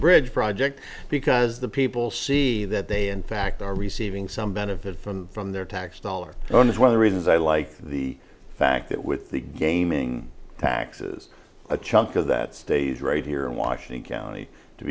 bridge project because the people see that they in fact are receiving some benefit from from their tax dollars going as one of the reasons i like the fact that with the gaming taxes a chunk of that stays right here in washington county to